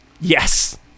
Yes